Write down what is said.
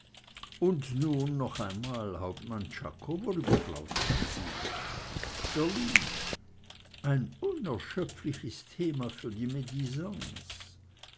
und nun noch einmal hauptmann czako worüber plauderten sie berlin ein unerschöpfliches thema für die